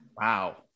Wow